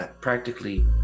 practically